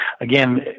again